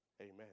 Amen